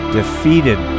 defeated